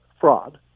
fraud